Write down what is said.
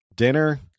Dinner